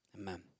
Amen